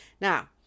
Now